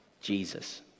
Jesus